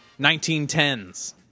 1910s